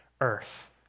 earth